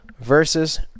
versus